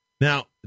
Now